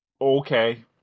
Okay